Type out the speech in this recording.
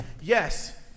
yes